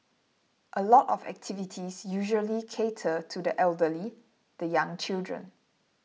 a lot of activities usually cater to the elderly the young children